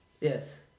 Yes